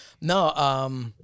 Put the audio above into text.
no